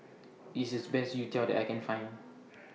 This IS The Best Youtiao that I Can Find